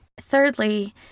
Thirdly